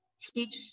teach